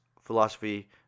philosophy